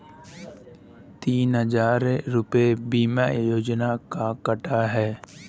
तीन हजार रूपए बीमा योजना के कटा है